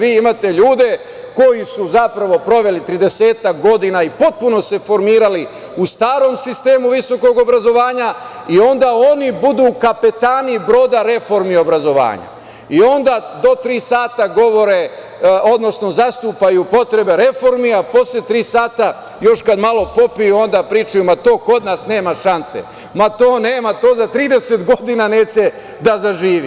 Vi imate ljude koji su proveli tridesetak godina i potpuno se formirali u starom sistemu visokog obrazovanja i onda oni budu kapetani broda reformi obrazovanja i onda do tri sata govore, odnosno zastupaju potrebe reformi, a posle tri sata, još kada malo popiju, onda pričaju, ma to kod nas nema šanse, to nema, to za trideset godina neće da zaživi.